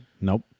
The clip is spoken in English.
Nope